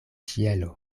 ĉielo